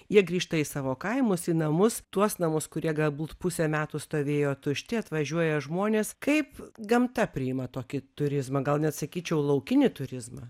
jie grįžta į savo kaimus į namus tuos namus kurie galbūt pusę metų stovėjo tušti atvažiuoja žmonės kaip gamta priima tokį turizmą gal net sakyčiau laukinį turizmą